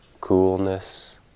coolness